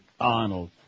Arnold